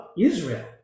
Israel